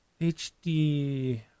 HD –